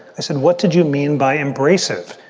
i said, what did you mean by embrace it?